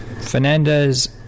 Fernandez